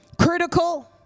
critical